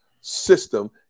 system